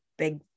big